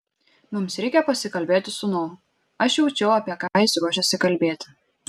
mums reikia pasikalbėti sūnau aš jaučiau apie ką jis ruošiasi kalbėti